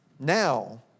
Now